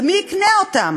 ומי יקנה אותן?